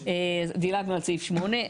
דילגנו על סעיף (8),